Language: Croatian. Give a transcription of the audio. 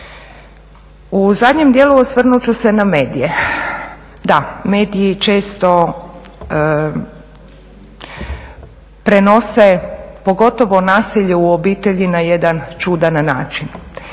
U zadnjem dijelu osvrnut ću se na medije. Da, mediji često prenose pogotovo nasilje u obitelji na jedan čudan način.